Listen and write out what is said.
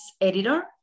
editor